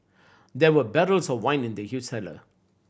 there were barrels of wine in the huge cellar